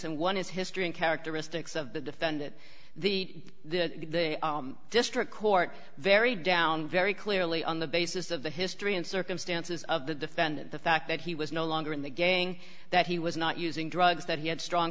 and one is history and characteristics of the defendant the district court very down very clearly on the basis of the history and circumstances of the defendant the fact that he was no longer in the gang that he was not using drugs that he had strong